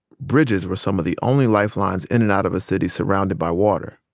bridges were some of the only lifelines in and out of a city surrounded by water.